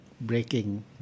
breaking